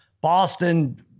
Boston